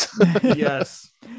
Yes